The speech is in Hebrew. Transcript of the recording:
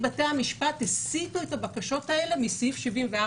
בתי המשפט הסיתו את הבקשות האלה מסעיף 74